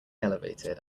elevated